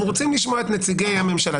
אנחנו רוצים לשאול את נציגי הממשלה.